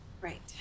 Right